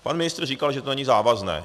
Pan ministr říkal, že to není závazné.